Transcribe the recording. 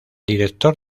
director